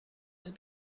his